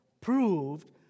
proved